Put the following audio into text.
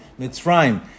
Mitzrayim